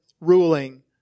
ruling